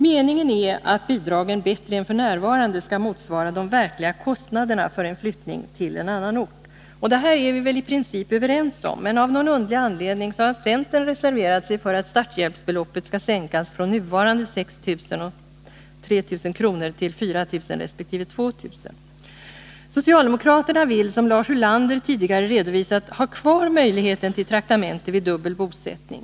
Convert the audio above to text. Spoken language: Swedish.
Meningen är att bidragen bättre än f. n. skall motsvara de verkliga kostnaderna för en flyttning till annan ort. Detta är vi i princip överens om, men av någon underlig anledning har centern reserverat sig för att starthjälpsbeloppet skall sänkas från nuvarande Socialdemokraterna vill, som Lars Ulander tidigare har redovisat, ha kvar möjligheten till traktamente vid dubbel bosättning.